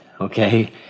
okay